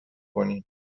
کنین